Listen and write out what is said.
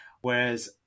whereas